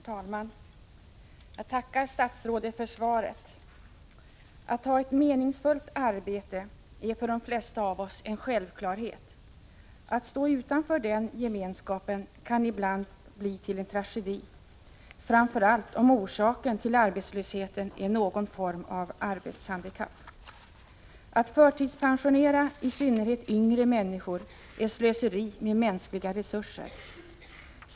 Herr talman! Jag tackar statsrådet för svaret. Att ha ett meningsfullt arbete är för de flesta av oss en självklarhet. Att stå utanför den gemenskapen kan ibland bli till en tragedi, framför allt om orsaken till arbetslösheten är någon form av arbetshandikapp. Att förtidspensionera, i synnerhet yngre människor, är slöseri med mänskliga resurser.